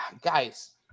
Guys